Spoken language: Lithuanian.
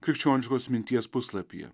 krikščioniškos minties puslapyje